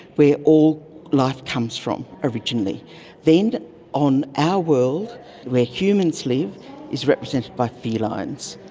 where all life comes from originally. then on our world where humans live is represented by felines.